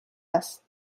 است